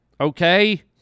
Okay